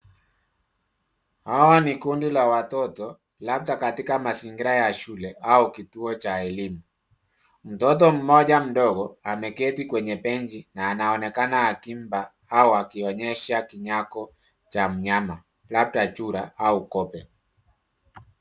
Hawa ni kundi la watoto, labda katika mazingira ya shule au kituo cha elimu. Mtoto mmoja mdogo ameketi kwenye benchi na anaonekana akiimba au akionyesha kinyago cha mnyama, labda chura au kobe.